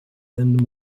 and